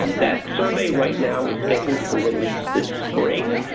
um that survey right now is scheduled for release this spring.